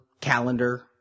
calendar